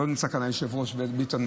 לא נמצא כאן היושב-ראש ביטן,